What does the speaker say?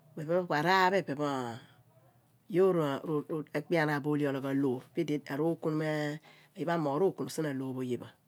Iphen pho ku araar pho ipe pho yoor ekpe anaan bo ohle olugh a war puli arooc onom puli aje pho amoogh rookonom sien a loor pho ase pho.